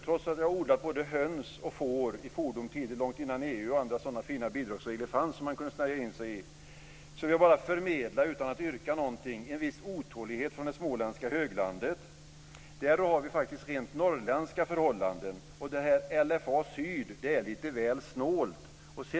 Trots att jag har odlat både höns och får i fordom tider, långt innan EU och andra sådana fina bidragsregler fanns, vill jag förmedla, utan att yrka något, en otålighet från det småländska höglandet. Där har vi faktiskt rent norrländska förhållanden. LFA syd är lite väl snålt.